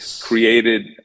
created